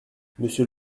monsieur